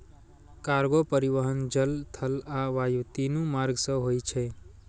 cargo परिवहन जल, थल आ वायु, तीनू मार्ग सं होय छै